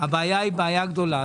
הבעיה היא גדולה.